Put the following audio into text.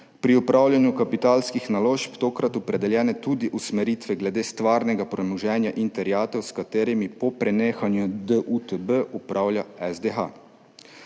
pri upravljanju kapitalskih naložb tokrat opredeljene tudi usmeritve glede stvarnega premoženja in terjatev, s katerimi po prenehanju DUTB upravlja SDH.